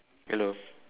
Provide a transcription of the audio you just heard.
hello